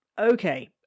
Okay